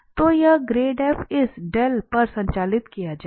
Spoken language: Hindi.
तो यह ग्रेड f इस पर संचालित किया जाएगा